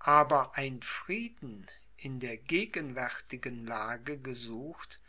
aber ein frieden in der gegenwärtigen lage gesucht